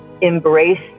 Embrace